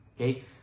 okay